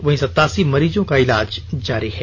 वहीं सतासी मरीजों का इलाज जारी है